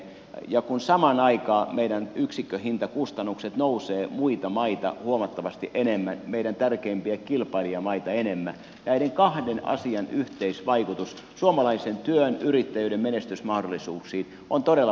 ja kun samaan aikaan meidän yksikköhintakustannukset nousevat muita maita huomattavasti enemmän meidän tärkeimpiä kilpailijamaita enemmän näiden kahden asian yhteisvaikutus suomalaisen työn ja yrittäjyyden menestysmahdollisuuksiin on todella murskaava